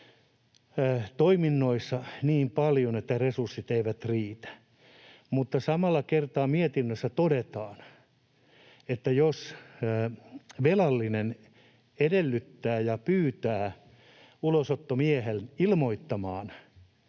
ulosottotoiminnoissa niin paljon, että resurssit eivät riitä. Mutta samalla kertaa mietinnössä todetaan, että jos velallinen edellyttää ja pyytää ulosottomiehen ilmoittamaan